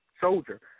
soldier